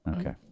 okay